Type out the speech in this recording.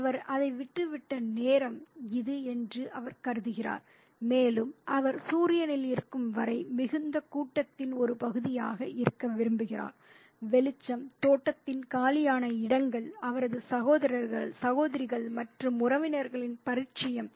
அவர் அதை விட்டுவிட்ட நேரம் விதி இது என்று அவர் கருதுகிறார் மேலும் அவர் "சூரியனில் இருக்கும் வரை மிகுந்த கூட்டத்தின் ஒரு பகுதியாக இருக்க விரும்புகிறார் வெளிச்சம் தோட்டத்தின் காலியான இடங்கள் அவரது சகோதரர்கள் சகோதரிகள் மற்றும் உறவினர்களின் பரிச்சயம்